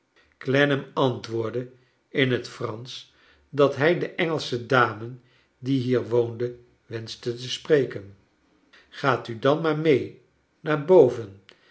clennam antwoordde in het fransch dat hij de engelsche dame die hier woonde wenschte te spreken gaat u dan maar mee naar boven